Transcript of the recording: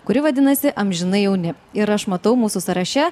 kuri vadinasi amžinai jauni ir aš matau mūsų sąraše